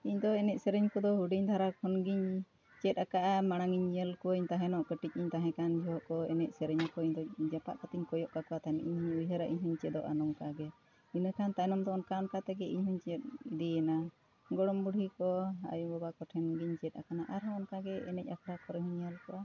ᱤᱧ ᱫᱚ ᱮᱱᱮᱡ ᱥᱮᱨᱮᱧ ᱠᱚᱫᱚ ᱦᱩᱰᱤᱧ ᱫᱷᱟᱨᱟ ᱠᱷᱚᱱ ᱜᱤᱧ ᱪᱮᱫ ᱟᱠᱟᱫᱼᱟ ᱢᱟᱲᱟᱝ ᱤᱧ ᱧᱮᱞ ᱠᱚᱣᱟᱹᱧ ᱛᱟᱦᱮᱱᱚᱜ ᱠᱟᱹᱴᱤᱡ ᱤᱧ ᱛᱟᱦᱮᱸ ᱠᱟᱱ ᱡᱚᱠᱷᱚᱱ ᱠᱚ ᱮᱱᱮᱡ ᱥᱮᱨᱮᱧ ᱟᱠᱚ ᱤᱧ ᱡᱟᱯᱟᱜ ᱠᱟᱛᱮᱧ ᱠᱚᱭᱚᱜ ᱠᱟᱠᱚ ᱛᱟᱦᱮᱱ ᱤᱧ ᱩᱭᱦᱟᱹᱨᱟ ᱤᱧ ᱦᱚᱸᱧ ᱪᱮᱫᱚᱜᱼᱟ ᱱᱚᱝᱠᱟ ᱜᱮ ᱤᱱᱟᱹᱠᱷᱟᱱ ᱛᱟᱭᱱᱚᱢ ᱫᱚ ᱚᱱᱠᱟ ᱚᱱᱠᱟ ᱛᱮᱜᱮ ᱤᱧ ᱦᱚᱸᱧ ᱪᱮᱫ ᱤᱫᱤᱭᱮᱱᱟ ᱜᱚᱲᱚᱢ ᱵᱩᱰᱷᱤ ᱠᱚ ᱟᱹᱭᱩ ᱵᱟᱵᱟ ᱠᱚᱴᱷᱮᱱ ᱜᱤᱧ ᱪᱮᱫ ᱟᱠᱟᱱᱟ ᱟᱨᱦᱚᱸ ᱚᱱᱠᱟ ᱜᱮ ᱮᱱᱮᱡ ᱟᱠᱷᱲᱟ ᱠᱚᱨᱮ ᱦᱚᱸᱧ ᱧᱮᱞ ᱠᱚᱣᱟ